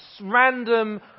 random